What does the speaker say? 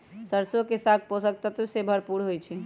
सरसों के साग पोषक तत्वों से भरपूर होई छई